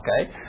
Okay